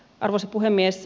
arvoisa puhemies